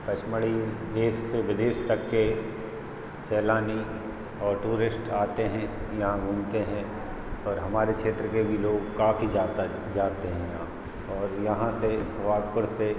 पचमढ़ी देश से विदेश तक के सैलानी और टूरिस्ट आते हैं यहाँ घूमते हैं और हमारे क्षेत्र के भी लोग काफ़ी ज़्यादातर जाते हैं यहाँ और यहाँ से सोहागपुर से